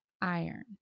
Iron